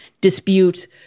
dispute